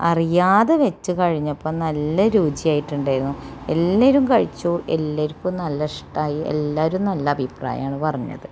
അറിയാതെ വെച്ച് കഴിഞ്ഞപ്പം നല്ല രുചിയായിട്ടുണ്ടാരുന്നു എല്ലാവരും കഴിച്ചു എല്ലാവർക്കും നല്ല ഇഷ്ടമായി എല്ലാവരും നല്ല അഭിപ്രായമാണ് പറഞ്ഞത്